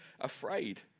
afraid